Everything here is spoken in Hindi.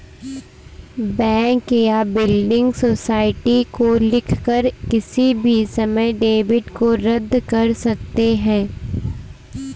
बैंक या बिल्डिंग सोसाइटी को लिखकर किसी भी समय डेबिट को रद्द कर सकते हैं